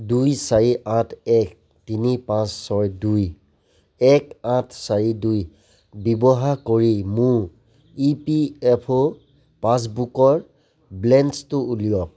দুই চাৰি আঠ এক তিনি পাঁচ ছয় দুই এক আঠ চাৰি দুই ব্যৱহাৰ কৰি মোৰ ই পি এফ অ' পাছবুকৰ বেলেঞ্চটো উলিয়াওক